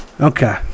Okay